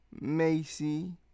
Macy